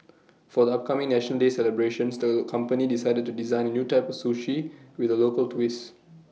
for the upcoming National Day celebrations the company decided to design A new type of sushi with A local twist